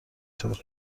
طور